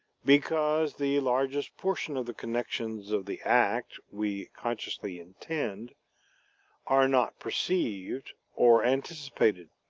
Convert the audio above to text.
because the largest portion of the connections of the act we consciously intend are not perceived or anticipated.